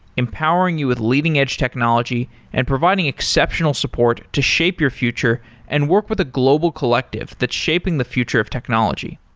empowering you with leading edge technology and providing exceptional support to shape your future and work with a global collective that's shaping the future of technology.